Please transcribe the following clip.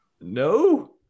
no